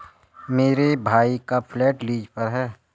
मेरे भाई का फ्लैट लीज पर है